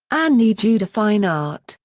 annely juda fine art,